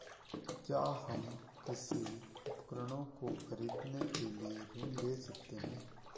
क्या हम कृषि उपकरणों को खरीदने के लिए ऋण ले सकते हैं?